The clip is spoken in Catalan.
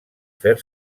fer